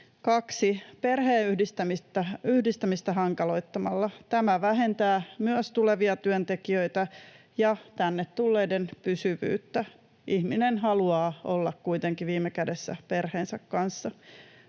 Perheenyhdistämistä hankaloittamalla. — Tämä vähentää myös tulevia työntekijöitä ja tänne tulleiden pysyvyyttä. Ihminen haluaa olla kuitenkin viime kädessä perheensä kanssa.